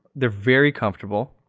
they're very comfortable.